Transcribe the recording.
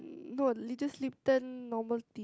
no just Lipton normal tea